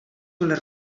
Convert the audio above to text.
voler